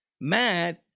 mad